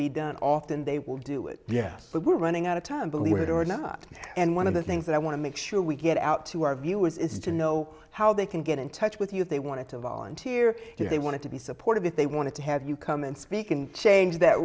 be done often they will do it yes but we're running out of time believe it or not and one of the things that i want to make sure we get out to our viewers is to know how they can get in touch with you if they want to volunteer here they want to be supportive if they want to have you come and speak and change that